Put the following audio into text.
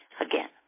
Again